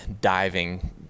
diving